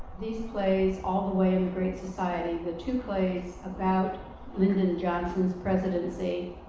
these plays, all the way and the great society the two plays about linden johnson's presidency,